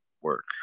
work